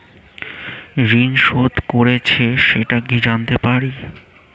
ঋণ শোধ করেছে সেটা কি জানতে পারি?